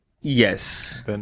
yes